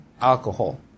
alcohol